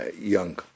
young